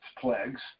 plagues